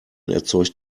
erzeugt